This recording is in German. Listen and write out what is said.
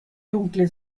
dunkle